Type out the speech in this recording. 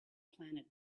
planet